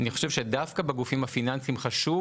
אני חושב שדווקא בגופים הפיננסיים חשוב